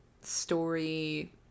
story